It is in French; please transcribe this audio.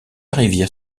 rivière